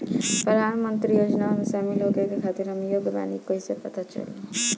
प्रधान मंत्री योजनओं में शामिल होखे के खातिर हम योग्य बानी ई कईसे पता चली?